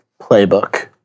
playbook